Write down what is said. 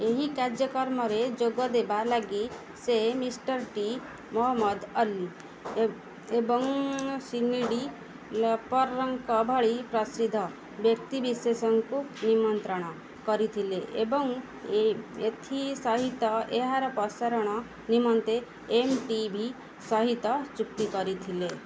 ଏହି କାର୍ଯ୍ୟକ୍ରମରେ ଯୋଗଦେବା ଲାଗି ସେ ମିଷ୍ଚର୍ ଟି ମହମ୍ମଦ ଅଲ୍ଲୀ ଏବଂ ସିନିଡ଼ି ଲପରଙ୍କ ଭଳି ପ୍ରସିଦ୍ଧ ବ୍ୟକ୍ତିବିଶେଷଙ୍କୁ ନିମନ୍ତ୍ରଣ କରିଥିଲେ ଏବଂ ଏଥି ସହିତ ଏହାର ପ୍ରସାରଣ ନିମନ୍ତେ ଏମ୍ ଟି ଭି ସହିତ ଚୁକ୍ତି କରିଥିଲେ